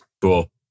cool